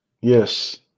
Yes